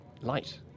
light